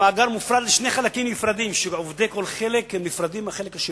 המאגר מופרד לשני חלקים נפרדים ועובדי כל חלק נפרדים מהחלק השני,